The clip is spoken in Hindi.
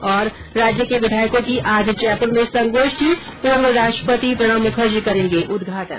्र राज्य के विधायकों की आज जयपुर में संगोष्ठी पूर्व राष्ट्रपति प्रणब मुखर्जी करेंगे उदघाटन